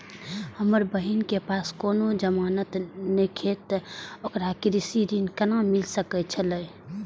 हमर बहिन के पास कोनो जमानत नेखे ते ओकरा कृषि ऋण कोना मिल सकेत छला?